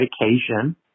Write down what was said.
medication